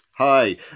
hi